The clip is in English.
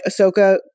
ahsoka